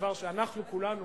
דבר שאנחנו כולנו